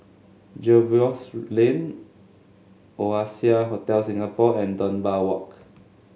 Jervois Lane Oasia Hotel Singapore and Dunbar Walk